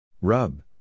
Rub